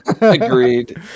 Agreed